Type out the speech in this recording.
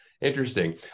Interesting